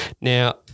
Now